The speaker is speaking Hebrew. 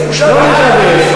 להתגייר,